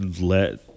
let